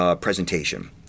presentation